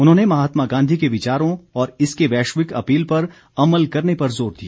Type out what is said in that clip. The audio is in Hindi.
उन्होंने महात्मा गांधी के विचारों और इसके वैश्विक अपील पर अमल करने पर जोर दिया